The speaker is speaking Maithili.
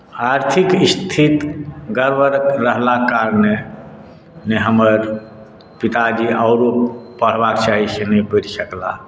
आर्थिक स्थिति गड़बड़ रहलाक कारणे हमर पिताजी आओरो पढ़बाक चाही से नहि पढ़ि सकलाह